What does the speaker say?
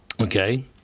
okay